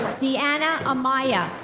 diana amaya.